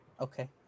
Okay